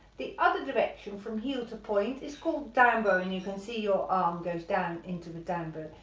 the other direction from heel to point is called down bow and you can see your arm goes down into the down bow.